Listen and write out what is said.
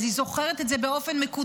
אז היא זוכרת את זה באופן מקוטע.